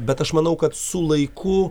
bet aš manau kad su laiku